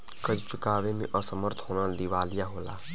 कर्ज़ चुकावे में असमर्थ होना दिवालिया होला